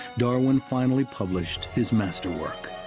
darwin finally published his masterwork,